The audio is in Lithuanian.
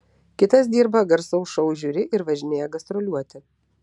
kitas dirba garsaus šou žiuri ir važinėja gastroliuoti